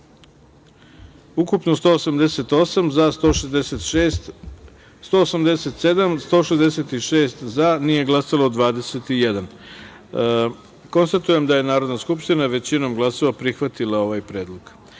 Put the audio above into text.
ukupno 187, za – 166, nije glasao 21.Konstatujem da je Narodna skupština većinom glasova prihvatila ovaj predlog. Molim